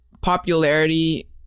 popularity